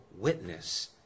witness